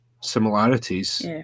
similarities